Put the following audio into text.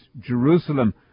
Jerusalem